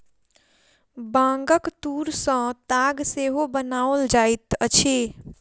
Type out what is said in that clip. बांगक तूर सॅ ताग सेहो बनाओल जाइत अछि